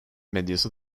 medyası